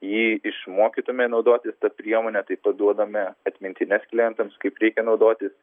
jį išmokytumėme naudotis ta priemone taip pat duodame atmintines klientams kaip reikia naudotis